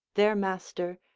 their master,